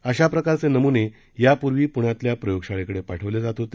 अशा प्रकारचे नमुने यापूर्वी पुण्यातल्या प्रयोग शाळेकडे पाठवली जात होती